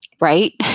Right